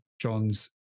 John's